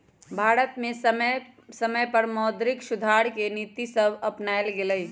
भारत में समय समय पर मौद्रिक सुधार के नीतिसभ अपानाएल गेलइ